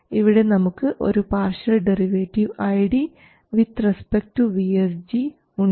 ഇവിടെ നമുക്ക് ഒരു partial derivative ID with respect to VSG ഉണ്ട്